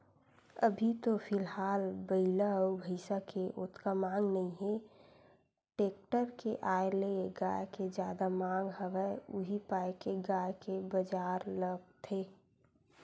अभी तो फिलहाल बइला अउ भइसा के ओतका मांग नइ हे टेक्टर के आय ले गाय के जादा मांग हवय उही पाय के गाय के बजार लगथे